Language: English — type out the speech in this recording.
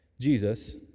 Jesus